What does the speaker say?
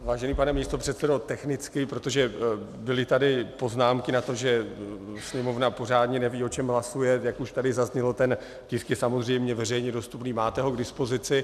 Vážený pane místopředsedo, technicky, protože tady byly poznámky k tomu, že Sněmovna pořádně neví, o čem hlasuje, jak už tady zaznělo, ten tisk je samozřejmě veřejně dostupný, máte ho k dispozici.